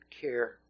care